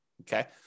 Okay